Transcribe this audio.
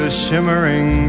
shimmering